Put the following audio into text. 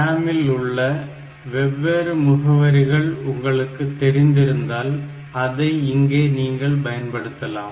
RAM இல் உள்ள வெவ்வேறு முகவரிகள் உங்களுக்கு தெரிந்திருந்தால் அதை இங்கே நீங்கள் பயன்படுத்தலாம்